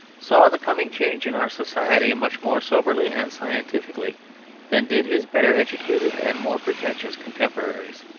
saw the coming change in our society much more soberly and scientifically than did his better educated and more pretentious contemporaries.